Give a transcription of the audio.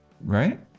Right